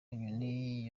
bunyoni